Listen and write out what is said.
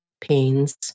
pains